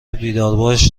بیدارباش